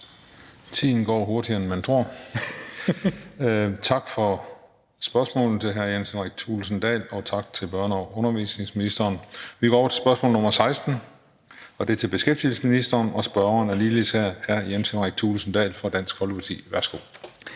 Tiden går hurtigere, end man tror. Tak til hr. Jens Henrik Thulesen Dahl for spørgsmålet, og tak til børne- og undervisningsministeren. Vi går over til spørgsmål nr. 16, og det er til beskæftigelsesministeren, og spørgeren er ligeledes hr. Jens Henrik Thulesen Dahl fra Dansk Folkeparti. Værsgo.